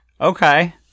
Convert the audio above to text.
Okay